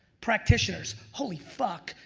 practitioners, holy fuck,